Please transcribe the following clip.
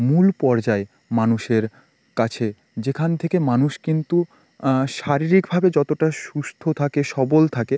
মূল পর্যায় মানুষের কাছে যেখান থেকে মানুষ কিন্তু শারীরিকভাবে যতোটা সুস্থ থাকে সবল থাকে